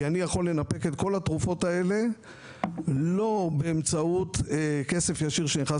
אני יכול לנפק את כול התרופות האלה לא באמצעות כסף ישיר שנכנס